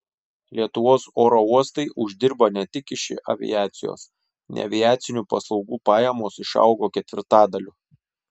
lietuvos oro uostai uždirba ne tik iš aviacijos neaviacinių paslaugų pajamos išaugo ketvirtadaliu